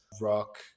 rock